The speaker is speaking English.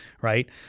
right